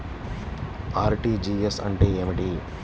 RTGS అంటే ఏమిటి?